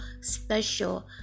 special